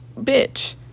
bitch